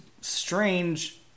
strange